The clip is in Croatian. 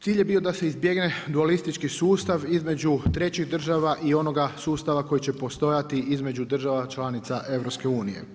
Cilj je bio da se izbjegne dualistički sustav između trećih država i onoga sustava koji će postojati između država članica EU.